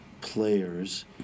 players